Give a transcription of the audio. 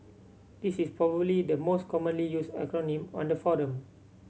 this is probably the most commonly used acronym on the forum